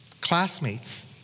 classmates